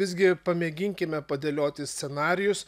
visgi pamėginkime padėlioti scenarijus